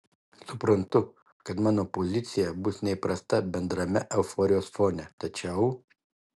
suprantu kad mano pozicija bus neįprasta bendrame euforijos fone tačiau